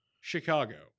Chicago